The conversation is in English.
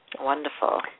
wonderful